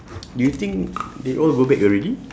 do you think they all go back already